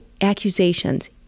accusations